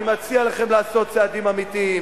אני מציע לכם לעשות צעדים אמיתיים,